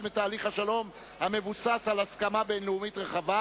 מתהליך השלום המבוסס על הסכמה בין-לאומית רחבה,